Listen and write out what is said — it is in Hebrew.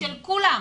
של כולם,